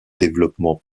développement